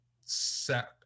set